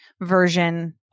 version